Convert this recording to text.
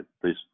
please